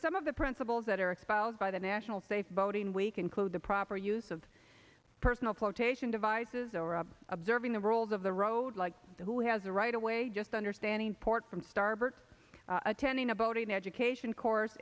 some of the principals that are expelled by the national safe boating week include the proper use of personal flotation devices or observing the rules of the road like who has a right away just understanding port from starboard attending a boating education course